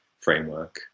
framework